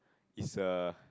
is a